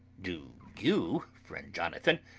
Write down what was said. do you, friend jonathan,